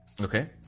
Okay